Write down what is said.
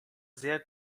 sehr